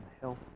health